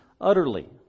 utterly